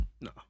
No